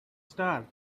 star